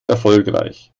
erfolgreich